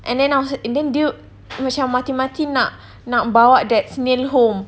and then I was like and then dia macam mati-mati nak nak bawa that snail home